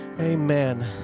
Amen